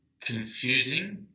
confusing